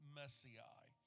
Messiah